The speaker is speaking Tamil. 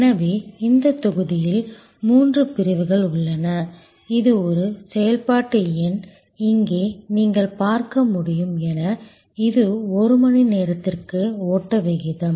எனவே இந்த தொகுதியில் மூன்று பிரிவுகள் உள்ளன இது ஒரு செயல்பாட்டு எண் இங்கே நீங்கள் பார்க்க முடியும் என இது ஒரு மணி நேரத்திற்கு ஓட்ட விகிதம்